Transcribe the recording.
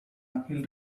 uphill